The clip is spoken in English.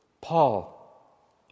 Paul